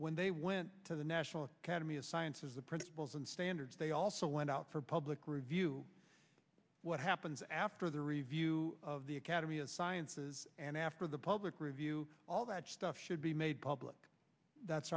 when they went to the national academy of sciences the principles and standards they also went out for public review what happens after the review of the academy of sciences and after the public review all that stuff should be made public that's